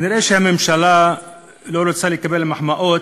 כנראה הממשלה לא רוצה לקבל מחמאות,